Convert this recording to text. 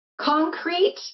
concrete